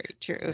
true